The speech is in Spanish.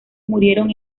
murieron